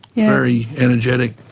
very energetic.